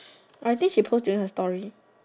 I think she post in her story